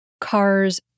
cars